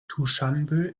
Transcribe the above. duschanbe